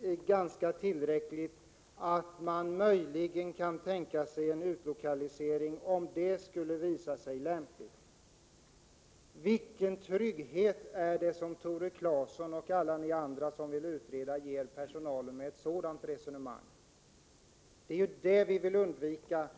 börjar bli tillräckligt utrett, kan Tore Claeson möjligen tänka sig en utlokalisering, om det alternativet skulle visa sig vara lämpligt. Vilken trygghet ger Tore Claeson och alla ni andra som vill ha en utredning personalen med ett sådant resonemang? Det är ju den oklarheten som vi vill undvika.